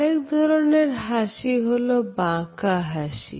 আরেক ধরনের হাসি হলো বাঁকা হাসি